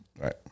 Right